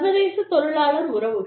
சர்வதேச தொழிலாளர் உறவுகள்